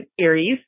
Aries